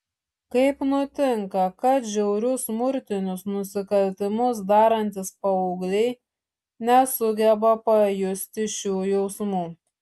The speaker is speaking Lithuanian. kaip nutinka kad žiaurius smurtinius nusikaltimus darantys paaugliai nesugeba pajusti šių jausmų